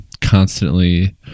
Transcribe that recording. constantly